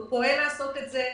הוא פועל לעשות את זה.